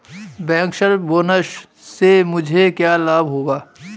Bankers bonus से मुझे क्या लाभ होगा?